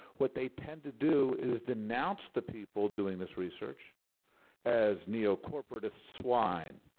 what they tend to do is denounce the people doing this research as neo-corporatist swine,